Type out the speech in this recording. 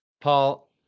Paul